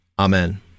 Amen